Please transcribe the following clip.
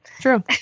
True